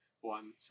One